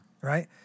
Right